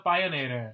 Pioneer